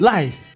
Life